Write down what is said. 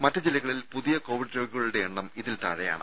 മറ്റ് ജില്ലകളിൽ പുതിയ കോവിഡ് രോഗികളുടെ എണ്ണം ഇതിൽ താഴെയാണ്